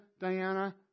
Diana